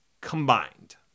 combined